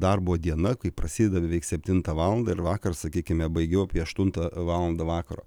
darbo diena kai prasideda beveik septintą valandą ir vakar sakykime baigiau apie aštuntą valandą vakaro